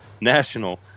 national